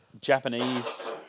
Japanese